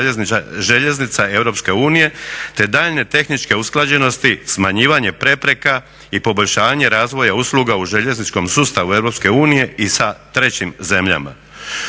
željeznica EU te daljnje tehničke usklađenosti smanjivanje prepreka i poboljšanje razvoja usluga u željezničkom sustavu EU i sa trećim zemljama.